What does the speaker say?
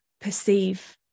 perceive